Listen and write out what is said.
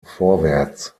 vorwärts